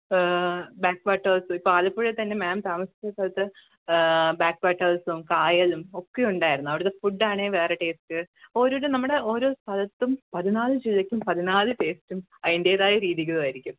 back വാട്ടഴ്സ് ഇപ്പോൾ ആലപ്പുഴയിൽ തന്നെ മാം താമസിക്കുന്ന സ്ഥലത്ത് ബാക്ക് വാട്ടഴ്സും കായലും ഒക്കെ ഉണ്ടായിരുന്നു അവിടുത്തെ ഫുഡ്ഡാണേ വേറെ ടേസ്റ്റ് ഓരോരോ നമ്മുടെ ഓരോ സ്ഥലത്തും പതിനാല് ജില്ലക്കും പതിനാല് ടേസ്റ്റും അതിൻറ്റേതായ രീതികളും ആയിരിക്കും